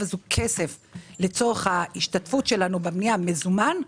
הזאת לצורך ההשתתפות שלנו בבנייה במזומן,